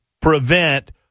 prevent